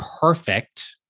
perfect